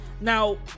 Now